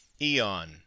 Eon